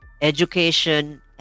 education